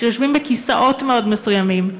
שיושבים בכיסאות מאוד מסוימים,